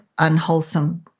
Unwholesome